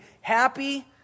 happy